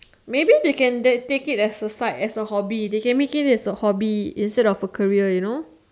maybe they can take it as a side as a hobby instead of a career you know